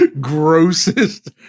grossest